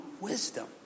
wisdom